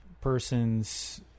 person's